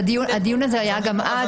הדיון הזה היה גם אז,